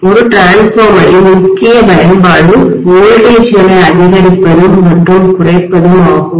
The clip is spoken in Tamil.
ஒரு மின்மாற்றிடிரான்ஸ்ஃபார்மரின் முக்கிய பயன்பாடு மின்னழுத்தங்களை வோல்டேஜ்களை அதிகரிப்பதும் மற்றும் குறைப்பதும் ஆகும்